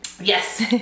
Yes